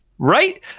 Right